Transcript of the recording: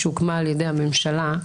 שהוקמה על ידי הממשלה,